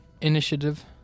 initiative